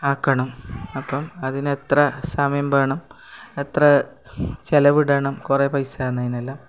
ആക്കണം അപ്പം അതിനെത്ര സമയം വേണം എത്ര ചിലവിടണം കുറെ പൈസ ആന്ന് അതിനെല്ലാം